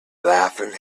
laughing